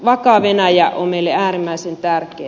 vakaa venäjä on meille äärimmäisen tärkeä